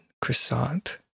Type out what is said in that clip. croissant